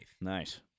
Nice